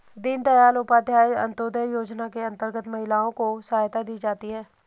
दीनदयाल उपाध्याय अंतोदय योजना के अंतर्गत महिलाओं को सहायता दी जाती है